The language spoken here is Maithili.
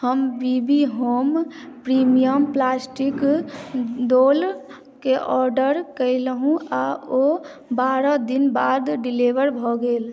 हम बी बी होम प्रीमियम प्लास्टिकक डोलके ऑर्डर कयलहुँ आ ओ बारह दिन बाद डिलीवर भऽ गेल